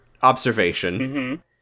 observation